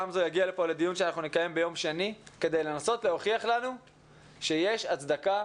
גמזו יגיע לפה לדיון שנקיים ביום שני כדי לנסות להוכיח לנו שיש הצדקה